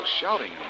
shouting